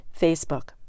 Facebook